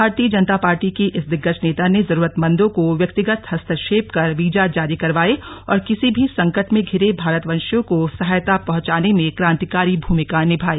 भारतीय जनता पार्टी की इस दिग्गज नेता ने जरूरतमंदों को व्यक्तिगत हस्तक्षेप कर वीजा जारी करवाए और किसी भी संकट में धिरे भारतवंशियों को सहायता पहुंचाने में क्रांतिकारी भूमिका निमाई